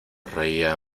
reía